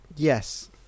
Yes